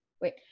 Wait